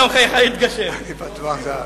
משפט אחרון.